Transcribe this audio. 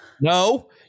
No